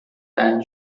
than